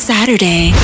Saturday